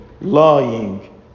lying